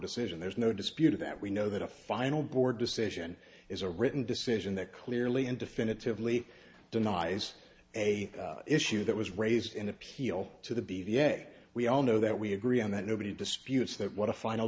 decision there's no disputing that we know that a final board decision is a written decision that clearly and definitively denies a issue that was raised in appeal to the b v a we all know that we agree on that nobody disputes that what a final